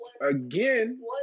Again